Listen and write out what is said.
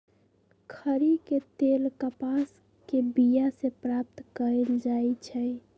खरि के तेल कपास के बिया से प्राप्त कएल जाइ छइ